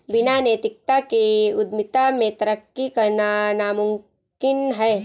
बिना नैतिकता के उद्यमिता में तरक्की करना नामुमकिन है